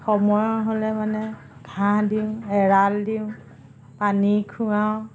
সময় হ'লে মানে ঘাঁহ দিওঁ এৰাল দিওঁ পানী খুৱাওঁ